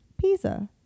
pisa